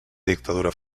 dictadura